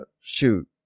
Shoot